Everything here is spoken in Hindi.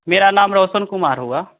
मेरा नाम रौशन कुमार हुआ